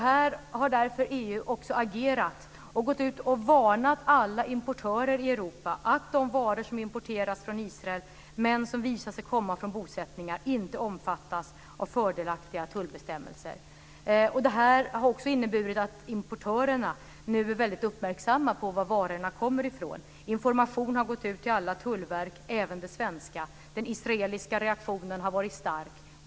Här har därför EU också agerat och gått ut och varnat alla importörer i Europa om att de varor som importeras från Israel men som visar sig komma från bosättningar inte omfattas av fördelaktiga tullbestämmelser. Det har också inneburit att importörerna nu är väldigt uppmärksamma på var varorna kommer från. Information har gått ut till alla tullverk, även det svenska. Den israeliska reaktionen har varit stark.